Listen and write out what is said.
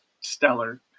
stellar